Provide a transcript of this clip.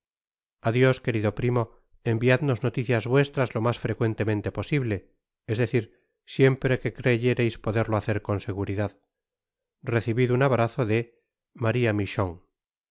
queri do primo enviadnos noticias vuestras lo mas frecuentemente posible es decir siempre que creyereis poderlo hacer con seguridad recibid un abrazo de maría michon